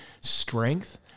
strength